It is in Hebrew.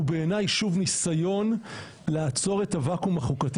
הוא בעיניי שוב ניסיון לעצור את הוואקום החוקתי